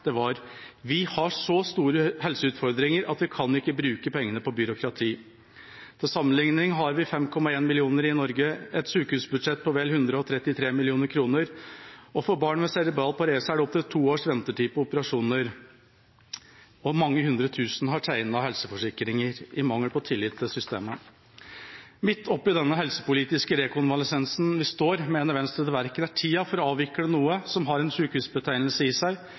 eksisterer, var: Vi har så store hetseutfordringer at vi kan ikke bruke pengene på byråkrati. Til sammenlikning har vi 5,1 mill. innbyggere i Norge, et sykehusbudsjett på vel 133 mrd. kr, og for barn med cerebral parese er det opptil to års ventetid på operasjoner, og mange hundre tusen har tegnet helseforsikring i mangel på tillit til systemet. Midt oppe i denne helsepolitiske rekonvalesensen vi står i, mener Venstre det verken er tida for å avvikle noe som har en sykehusbetegnelse i seg,